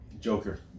Joker